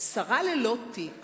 שרה ללא תיק